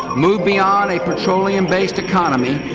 move beyond a petroleum-based economy,